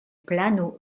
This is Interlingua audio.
plano